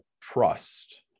trust